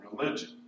religion